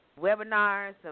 webinars